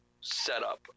setup